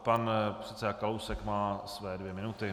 Pan předseda Kalousek má své dvě minuty.